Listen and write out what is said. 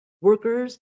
workers